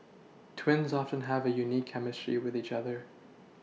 twins often have a unique chemistry with each other